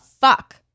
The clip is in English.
fuck